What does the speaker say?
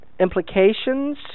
implications